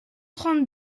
trente